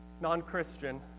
Non-Christian